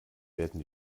werden